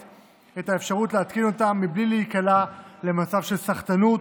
את האפשרות להתקין אותה בלי להיקלע למצב של סחטנות,